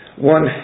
One